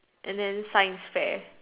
and then science fair